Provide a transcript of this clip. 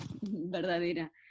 verdadera